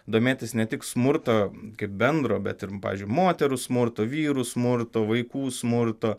domėtis ne tik smurto kaip bendro bet ir pavyzdžiui moterų smurto vyrų smurto vaikų smurto